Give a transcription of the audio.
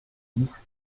dix